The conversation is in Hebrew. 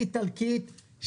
באיטלקית,